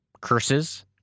curses